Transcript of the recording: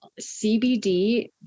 CBD